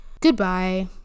Goodbye